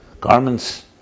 garments